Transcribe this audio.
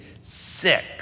sick